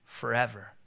forever